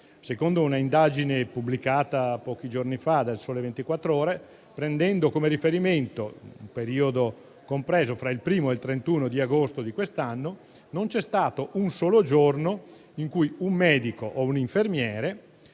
Secondo un'indagine pubblicata pochi giorni fa dal «Sole 24 Ore», prendendo come riferimento il periodo compreso fra il 1° e il 31 agosto di quest'anno, non c'è stato un solo giorno in cui un medico o un infermiere,